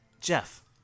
Jeff